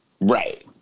Right